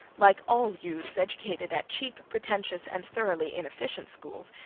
like all youths educated at cheap, pretentious, and thoroughly inefficient schools,